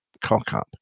cock-up